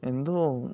ಎಂದು